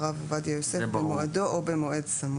עובדיה יוסף במועדו או במועד סמוך.